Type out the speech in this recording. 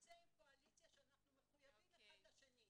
שאנחנו מחויבים אחד לשני,